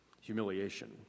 humiliation